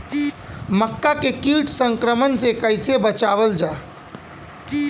मक्का के कीट संक्रमण से कइसे बचावल जा?